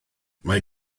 mae